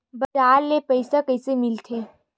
बजार ले पईसा कइसे मिलथे?